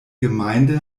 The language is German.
gemeinde